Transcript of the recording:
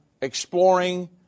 exploring